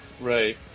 right